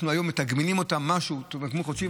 אנחנו היום מתגמלים אותם במשהו, בתגמול חודשי.